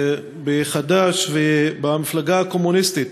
בחד"ש ובמפלגה הקומוניסטית,